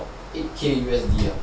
eight K U_S_D ah